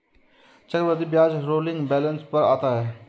चक्रवृद्धि ब्याज rolling balance पर आता है